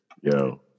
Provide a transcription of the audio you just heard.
Yo